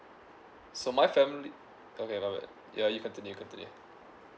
so my family okay my bad ya you continue continue